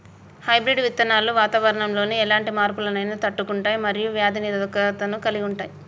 hybrid విత్తనాలు వాతావరణంలోని ఎలాంటి మార్పులనైనా తట్టుకుంటయ్ మరియు వ్యాధి నిరోధకతను కలిగుంటయ్